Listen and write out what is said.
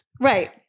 Right